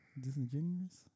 Disingenuous